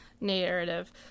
narrative